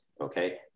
Okay